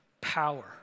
power